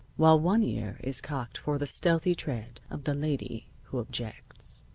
while one ear is cocked for the stealthy tread of the lady who objects.